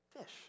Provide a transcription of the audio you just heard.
fish